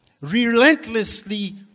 Relentlessly